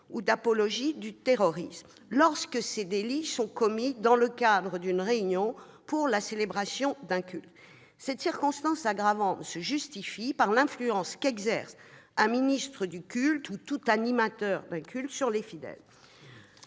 ou d'apologie du terrorisme, lorsque ces délits sont commis dans le cadre d'une réunion pour la célébration d'un culte. Cette circonstance aggravante se justifie par l'influence qu'exerce un ministre du culte ou tout animateur d'un culte sur les fidèles.